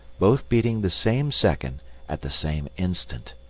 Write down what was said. both beating the same second at the same instant.